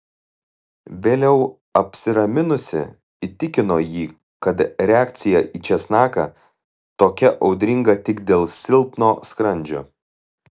vėliau apsiraminusi įtikino jį kad reakcija į česnaką tokia audringa tik dėl silpno skrandžio